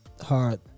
hard